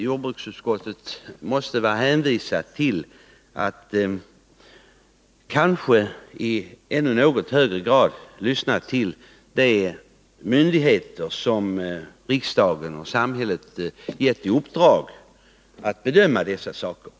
Jordbruksutskottet måste vara hänvisat till att i än högre grad lyssna till vad de myndigheter säger, som av riksdagen och samhället fått i uppdrag att bedöma dessa saker.